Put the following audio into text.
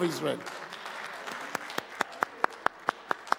(מחיאות כפיים)